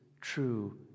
true